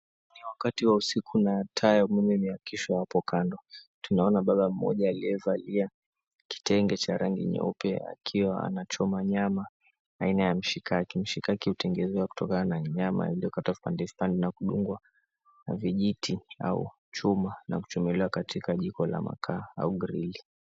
Ni wakati wa usiku na taa imeakishwa hapo kando, tunaona baba mmoja aliyevalia kitenge cha rangi myeupe akiwa anachoma nyama ya mishikaki. Mishikaki hutengenezwa kutokana na nyama iliyokatwa vipande vipande na kudungwa na vijiti au chuma na kuchomelewa katika jiko la makaa au grili.